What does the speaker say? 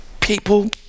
people